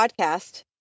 podcast